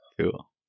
Cool